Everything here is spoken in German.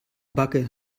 backe